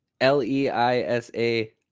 L-E-I-S-A